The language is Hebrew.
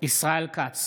ישראל כץ,